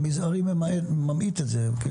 המזערי, ממעיט את זה.